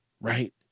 right